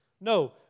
No